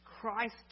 Christ